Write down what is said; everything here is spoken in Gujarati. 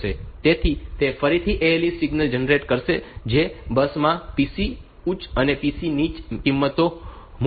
તેથી તે ફરીથી ALE સિગ્નલ જનરેટ કરશે જે બસ માં PC ઉચ્ચ અને PC નીચી કિંમતો મૂકશે